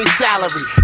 salary